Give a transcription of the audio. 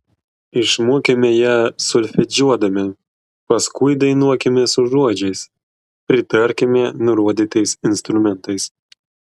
išmokime ją solfedžiuodami paskui dainuokime su žodžiais pritarkime nurodytais instrumentais